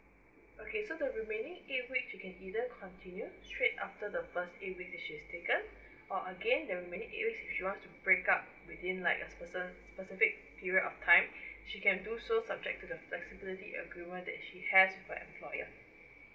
okay so the remaining eight weeks she can either continue straight after the first eight weeks she has taken or again the remaining eight weeks she wants to break up within like a spe~ specific period of time she can do so subject to the flexibility agreement that she has with the employer